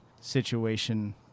situation